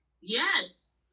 Yes